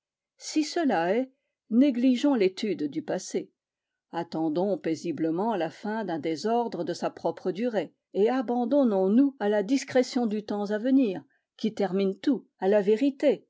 si cela est négligeons l'étude du passé attendons paisiblement la fin d'un désordre de sa propre durée et abandonnons-nous à la discrétion du temps à venir qui termine tout à la vérité